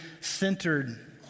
centered